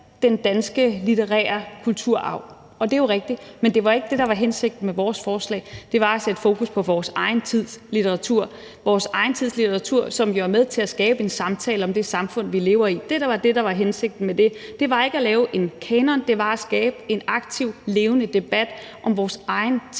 den danske litterære kulturarv, men det var ikke det, der var hensigten med vores forslag. Hensigten var at sætte fokus på vores egen tids litteratur, som jo er med til at skabe en samtale om det samfund, vi lever i. Det var det, der var hensigten med det – det var ikke at lave en kanon, men at skabe en aktiv, levende debat om vores egen tids kunst